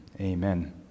Amen